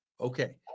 Okay